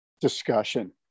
discussion